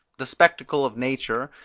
the spectacle of nature,